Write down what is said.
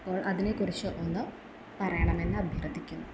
അപ്പോൾ അതിനെ കുറിച്ച് ഒന്ന് പറയണമെന്ന് അഭ്യർത്ഥിക്കുന്നു